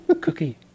Cookie